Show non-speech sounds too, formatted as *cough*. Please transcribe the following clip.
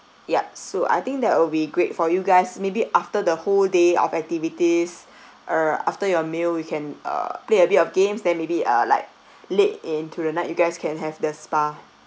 yup so I think that would be great for you guys maybe after the whole day of activities *breath* err after your meal you can uh play a bit of games then maybe uh like late into the night you guys can have the spa